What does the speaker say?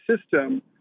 system